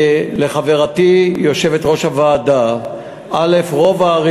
לחברתי יושבת-ראש הוועדה, א.